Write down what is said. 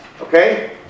okay